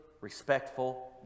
respectful